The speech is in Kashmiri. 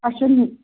اسہِ چلی نہٕ